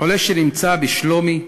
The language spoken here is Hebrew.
חולה שנמצא בשלומי,